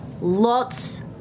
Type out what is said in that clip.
lots